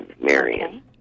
marion